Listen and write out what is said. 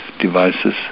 devices